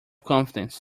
confidence